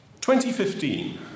2015